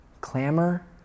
clamor